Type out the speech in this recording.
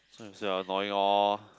so you say I'm annoying hor